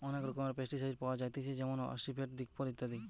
অনেক রকমের পেস্টিসাইড পাওয়া যায়তিছে যেমন আসিফেট, দিকফল ইত্যাদি